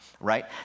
right